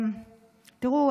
תראו,